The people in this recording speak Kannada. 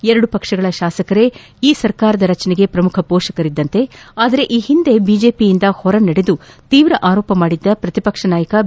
ಎರಡು ಪಕ್ಷಗಳ ಶಾಸಕರೇ ಈ ಸರ್ಕಾರದ ರಚನೆಗೆ ಪ್ರಮುಖ ಪೋಷಕರಿದ್ದಂತೆ ಆದರೆ ಈ ಹಿಂದೆ ಬಿಜೆಪಿಯಿಂದ ಹೊರನಡೆದು ತೀವ್ರ ಆರೋಪ ಮಾಡಿದ್ದ ಪ್ರತಿಪಕ್ಷ ನಾಯಕ ಬಿ